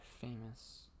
famous